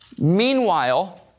meanwhile